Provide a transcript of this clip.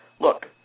look